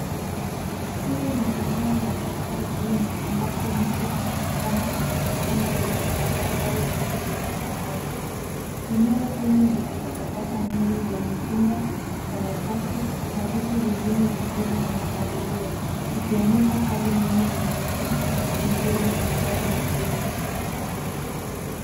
Hili ni eneo la mtaa duni ambapo mtu anaonekana akikusanya takataka au vitu vya kuchakata. Eneo hili lina takataka nyingi za mitumba, karatasi na vitu vingine visivyo na mpangilio ikionyesha hali ngumu ya maisha na mazingira yenye uchafu mkubwa.